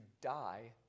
die